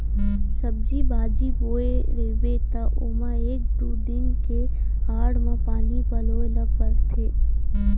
सब्जी बाजी बोए रहिबे त ओमा एक दू दिन के आड़ म पानी पलोए ल परथे